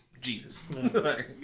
Jesus